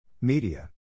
Media